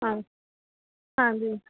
ਹਾ ਹਾਂਜੀ